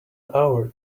hour